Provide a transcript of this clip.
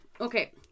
Okay